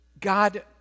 God